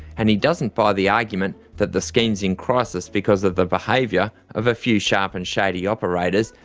and he doesn't buy the argument that the scheme is in crisis because of the behaviour of a few sharp and shady operators,